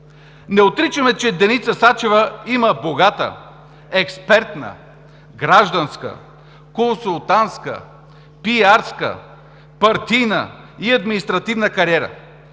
Не отричаме, че Деница Сачева има богата експертна, гражданска, консултантска, пиарска, партийна и административна кариера.